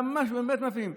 באמת ממש מפעים.